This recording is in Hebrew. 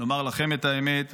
לומר לכם את האמת,